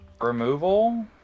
removal